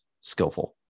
skillful